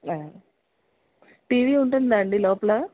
T V ఉంటుందా ఆండీ లోపల